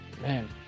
man